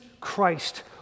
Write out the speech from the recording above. Christ